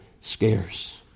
scarce